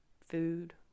food